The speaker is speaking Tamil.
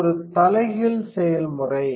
இது ஒரு தலைகீழ் செயல்முறை